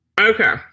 Okay